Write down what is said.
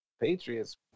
Patriots